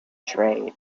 trade